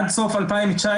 עד סוף 2019,